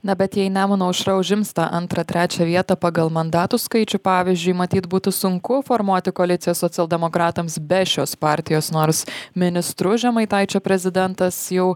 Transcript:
na bet jei nemuno aušra užims tą antrą trečią vietą pagal mandatų skaičių pavyzdžiui matyt būtų sunku formuoti koaliciją socialdemokratams be šios partijos nors ministru žemaitaičio prezidentas jau